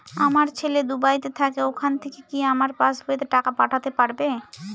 আমার ছেলে দুবাইতে থাকে ওখান থেকে কি আমার পাসবইতে টাকা পাঠাতে পারবে?